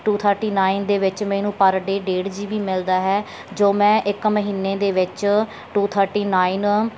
to thirty nine ਦੇ ਵਿੱਚ ਮੈਨੂੰ ਪਰ ਡੇਅ ਡੇਢ ਜੀ ਬੀ ਮਿਲਦਾ ਹੈ ਜੋ ਮੈਂ ਇੱਕ ਮਹੀਨੇ ਦੇ ਵਿੱਚ ਟੂ ਥਰਟੀ ਨਾਇਨ